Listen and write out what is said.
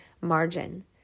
margin